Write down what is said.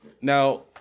Now